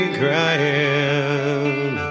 crying